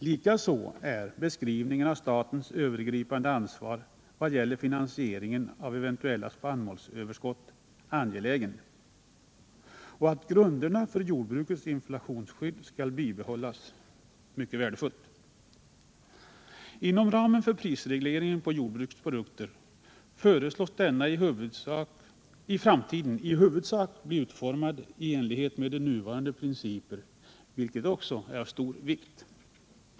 Likaså är beskrivningen av statens övergripande ansvar vad gäller finansieringen av eventuella spannmålsöverskott angelägen och fasthållandet vid att grunderna för jordbrukets inflationsskydd skall bibehållas mycket värdefullt. Prisregleringen på jordbrukets produkter föreslås i framtiden i huvudsak bli utformad i enlighet med nuvarande principer, vilket också är av stor vikt.